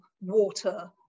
water